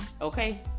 okay